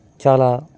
చాలా